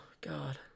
God